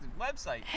Website